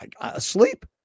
Asleep